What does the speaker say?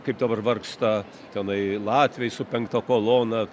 kaip dabar vargsta tenai latviai su penkta kolona